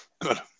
Good